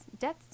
Deaths